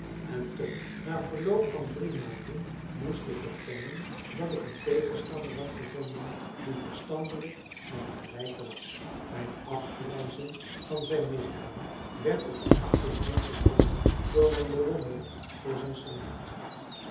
en toch na verloop van drie maanden moest ik bekennen dat ik een tegenstander had gevonden die verstandelijk mijn gelijke was mijn afgrijzen van zijn misdaden werd op den achtergrond gedrongen door mijn bewondering voor zijn